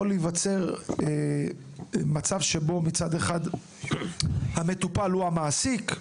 יכול להיווצר מצב שבו המטופל הוא המעסיק,